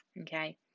okay